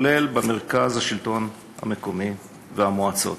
כולל במרכז השלטון המקומי ובמועצות.